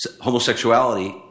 homosexuality